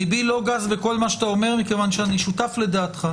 לבי לא גס בכל מה שאתה אומר כיוון שאני שותף לדעתך.